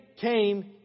came